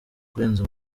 kurenza